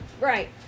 Right